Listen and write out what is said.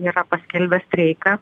yra paskelbę streiką